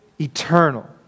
eternal